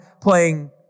playing